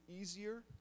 easier